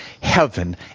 heaven